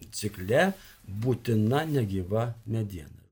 cikle būtina negyva mediena